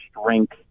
strength